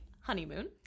Honeymoon